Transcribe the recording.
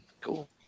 Cool